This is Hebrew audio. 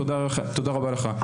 תודה רבה לך.